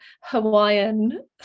Hawaiian